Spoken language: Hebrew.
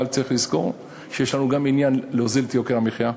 אבל צריך לזכור שיש לנו גם עניין להוזיל את יוקר המחיה,